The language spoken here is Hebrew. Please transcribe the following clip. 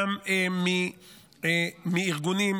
גם מארגונים,